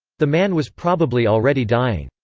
the man was probably already dying.